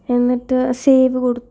എന്നിട്ട് സേവ് കൊടുത്തു